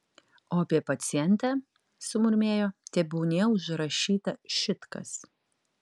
o apie pacientę sumurmėjo tebūnie užrašyta šit kas